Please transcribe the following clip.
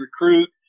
recruit